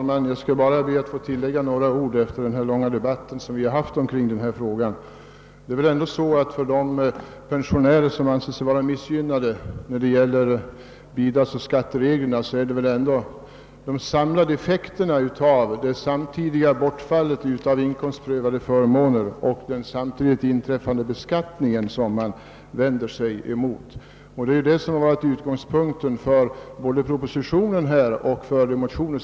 Herr talman! Efter den här långa debatten i frågan skall jag bara säga några få ord. När det gäller de pensionärer som anser sig vara missgynnade av bidragsoch skattereglerna är det väl ändå de samlade effekterna av bortfallet av inkomstprövade förmåner och den samtidiga ändringen av beskattningen som man vänder sig mot. Detta har varit utgångspunkten vid både propositionens utarbetande och väckandet av motionerna.